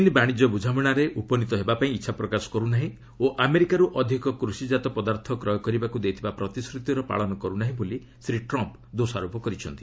ଚୀନ୍ ବାଣିଜ୍ୟ ବୁଝାମଣାରେ ଉପନୀତ ହେବା ପାଇଁ ଇଚ୍ଛା ପ୍ରକାଶ କରୁ ନାହିଁ ଓ ଆମେରିକାରୁ ଅଧିକ କୃଷିଜାତ ପଦାର୍ଥ କ୍ରୟ କରିବାକୁ ଦେଇଥିବା ପ୍ରତିଶ୍ରତିର ପାଳନ କରୁ ନାହିଁ ବୋଲି ଶ୍ରୀ ଟ୍ରମ୍ପ୍ ଦୋଷାରୋପ କରିଛନ୍ତି